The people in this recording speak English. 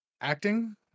acting